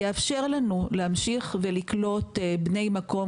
הוא יאפשר לנו להמשיך ולקלוט בני מקום.